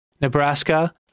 Nebraska